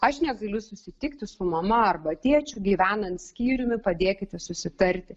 aš negaliu susitikti su mama arba tėčiu gyvenant skyriumi padėkite sustarti